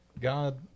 God